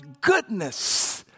goodness